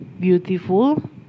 Beautiful